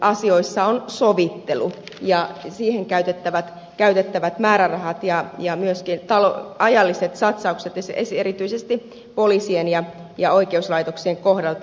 se on sovittelu ja siihen käytettävät määrärahat ja myöskin ajalliset satsaukset erityisesti poliisien ja oikeuslaitoksien kohdalta